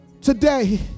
today